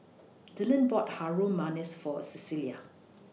Dyllan bought Harum Manis For Cecilia